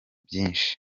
byinshi